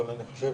אבל אני חושב